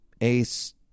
ace